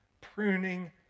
pruning